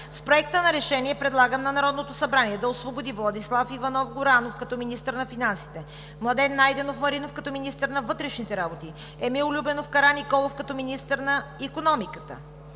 С Проекта на решение предлагам на Народното събрание да освободи Владислав Иванов Горанов като министър на финансите, Младен Найденов Маринов като министър на вътрешните работи, Емил Любенов Караниколов като министър на икономиката,